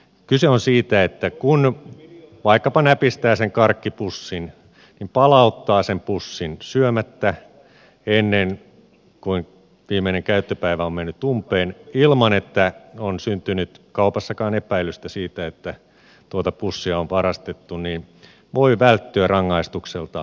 kyse on siitä että kun vaikkapa näpistää sen karkkipussin ja palauttaa sen pussin syömättä ennen kuin viimeinen käyttöpäivä on mennyt umpeen ilman että on syntynyt kaupassakaan epäilystä siitä että tuota pussia on varastettu niin voi välttyä rangaistukselta